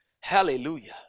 Hallelujah